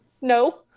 No